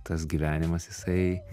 tas gyvenimas jisai